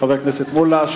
חבר הכנסת מולה,